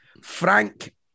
Frank